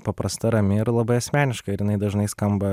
paprasta rami ir labai asmeniška ir jinai dažnai skamba